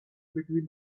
between